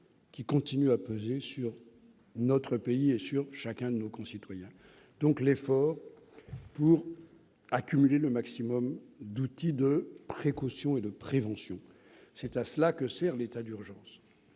qui continue à peser sur notre pays et sur chacun de nos concitoyens. Nous devons donc faire l'effort d'accumuler le maximum d'outils de précaution et de prévention. C'est à cela que sert l'état d'urgence.